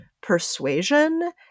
persuasion